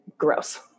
gross